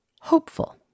hopeful